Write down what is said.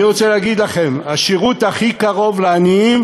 אני רוצה להגיד לכם: השירות הכי קרוב לעניים,